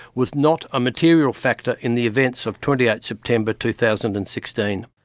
was not a material factor in the events of twenty eighth september, two thousand and sixteen.